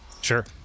Sure